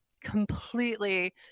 completely